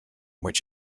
which